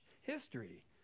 history